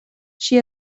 she